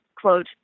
quote